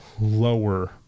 lower